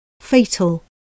Fatal